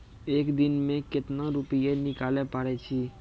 एक दिन मे केतना रुपैया निकाले पारै छी?